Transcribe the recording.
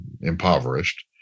impoverished